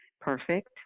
perfect